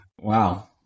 Wow